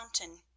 mountain